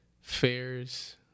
fairs